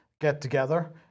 get-together